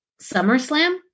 SummerSlam